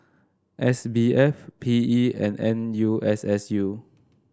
S B F P E and N U S S U